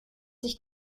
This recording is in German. sich